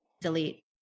delete